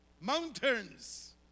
Mountains